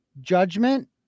judgment